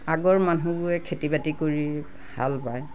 আগৰ মানুহবোৰে খেতি বাতি কৰি হাল বায়